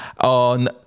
on